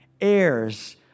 heirs